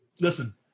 listen